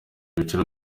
ibiciro